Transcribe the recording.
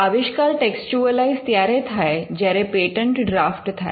આવિષ્કાર ટેક્સચ્યુઅલાઇઝ ત્યારે થાય જ્યારે પેટન્ટ ડ્રાફ્ટ થાય